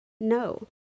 No